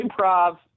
improv